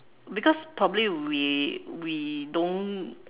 because probably we we don't